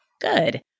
Good